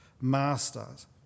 Masters